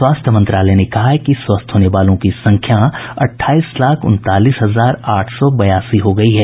स्वास्थ्य मंत्रालय ने कहा है कि स्वस्थ होने वालों की संख्या अट्ठाईस लाख उनतालीस हजार आठ सौ बयासी हो गई है